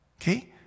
Okay